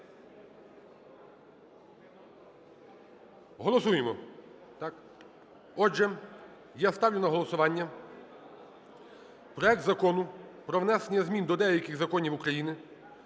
Голосуємо, так? Отже, я ставлю на голосування проект Закону про внесення змін до деяких законів України